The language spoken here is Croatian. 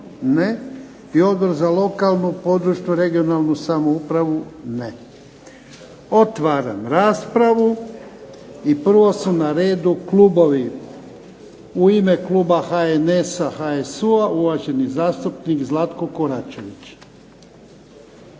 Ne. I Odbor za lokalnu, područnu (regionalnu) samoupravu? Ne. Otvaram raspravu i prvo su na redu klubovi. U ime kluba HNS-a, HSU-a uvaženi zastupnik Zlatko Koračević.